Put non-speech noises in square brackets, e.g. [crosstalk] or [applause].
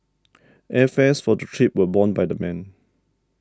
airfares for [unintelligible] trip were borne by the men